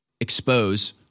expose